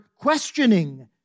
questioning